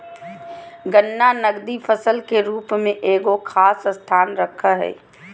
गन्ना नकदी फसल के रूप में एगो खास स्थान रखो हइ